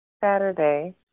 Saturday